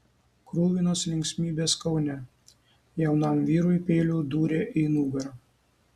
kruvinos linksmybės kaune jaunam vyrui peiliu dūrė į nugarą